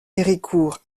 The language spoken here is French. héricourt